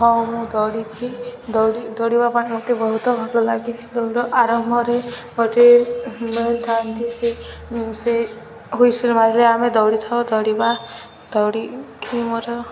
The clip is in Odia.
ହଁ ମୁଁ ଦୌଡ଼ିଛି ଦୌଡ଼ି ଦୌଡ଼ିବା ପାଇଁ ମୋତେ ବହୁତ ଭଲ ଲାଗେ ଦୌଡ଼ ଆରମ୍ଭରେ ଗୋଟେ ମିଳିଥାନ୍ତି ସେ ସେ ହୁଇସିଲ୍ ମାରିଲେ ଆମେ ଦୌଡ଼ିଥାଉ ଦୌଡ଼ିବା ଦୌଡ଼ିକି ମୋର